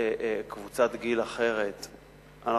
קבוצת גיל אחרת,